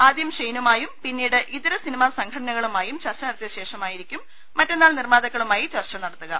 ആദ്യം ഷെയ്നുമായും പിന്നീട് ഇതര സിനിമാ സംഘടന കളുമായും ചർച്ച നടത്തിയ ശേഷമായിരിക്കും മറ്റന്നാൾ നിർമ്മാ താക്കളുമായി ചർച്ച നടത്തുക